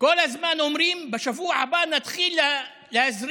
כל הזמן אומרים: בשבוע הבא נתחיל להזרים